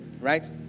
right